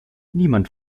niemand